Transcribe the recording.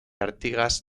artigas